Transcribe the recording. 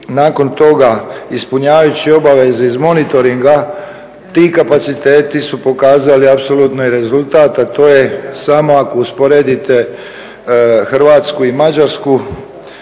nakon toga ispunjavajući obaveze iz monitoringa, ti kapaciteti su pokazali apsolutni rezultat, a to je samo ako usporedite Hrvatsku i Mađarsku,